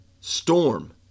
Storm